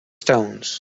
stones